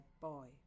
boy